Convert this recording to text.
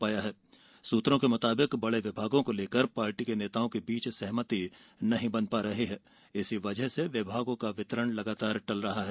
party सूत्रों के मुताबिक बड़े विभागों को लेकर पार्टी के नेताओं के बीच सहमति नहीं बन पा रही है इसी वजह से विभागों का वितरण टल रहा है